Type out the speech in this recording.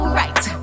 right